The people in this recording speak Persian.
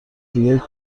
دیگه